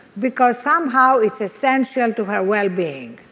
because somehow it's essential to her wellbeing.